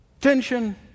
Tension